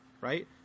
right